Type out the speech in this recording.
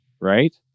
right